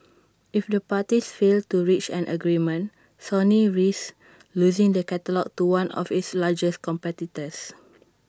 if the parties fail to reach an agreement Sony risks losing the catalogue to one of its largest competitors